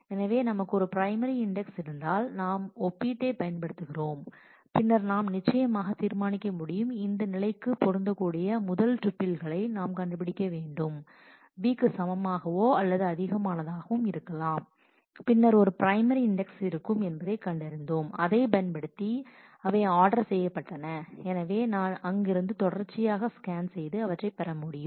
எனவே நமக்கு ஒரு பிரைமரி இண்டெக்ஸ் இருந்தால் மற்றும் நாம் ஒப்பீட்டைப் பயன்படுத்துகிறோம் பின்னர் நாம் நிச்சயமாக தீர்மானிக்க முடியும் இந்த நிலைக்கு பொருந்தக்கூடிய முதல் டூப்பிளை நாம் கண்டுபிடிக்க வேண்டும் v க்கு சமமாகவோ அல்லது அதிகமானதாகவும் இருக்கலாம் பின்னர் ஒரு பிரைமரி இண்டெக்ஸ் இருக்கும் என்பதைக் கண்டறிந்தோம் அதை பயன்படுத்தி அவை ஆர்டர் செய்யபட்டன எனவே நான் அங்கிருந்து தொடர்ச்சியாக ஸ்கேன் செய்து அவற்றைப் பெற முடியும்